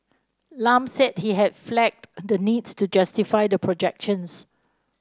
Lam said he had flagged the need to justify the projections